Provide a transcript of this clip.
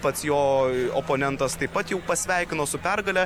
pats jo oponentas taip pat jau pasveikino su pergale